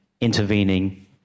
intervening